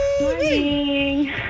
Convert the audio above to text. Morning